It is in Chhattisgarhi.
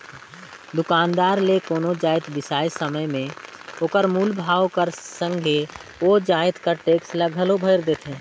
दुकानदार ले कोनो जाएत बिसाए समे में ओकर मूल भाव कर संघे ओ जाएत कर टेक्स ल घलो भइर देथे